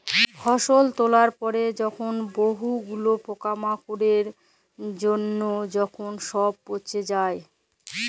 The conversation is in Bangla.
ফসল তোলার পরে যখন বহু গুলা পোকামাকড়ের জনহে যখন সবচে পচে যায়